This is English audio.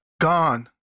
gone